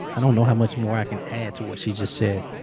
i don't know how much more i can add to what she just said.